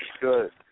good